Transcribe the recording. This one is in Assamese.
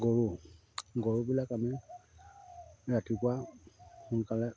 গৰু গৰুবিলাক আমি ৰাতিপুৱা সোনকালে